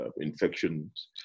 infections